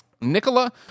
Nicola